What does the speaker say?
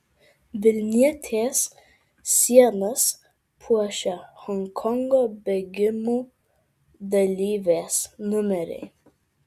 vilnietės sienas puošia honkongo bėgimų dalyvės numeriai